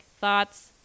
thoughts